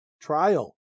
Trial